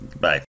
Bye